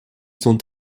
sont